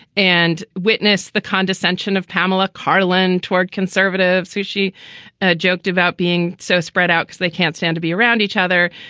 and witness the condescension of pamela carlin toward conservatives who she joked about being so spread out they can't stand to be around each other.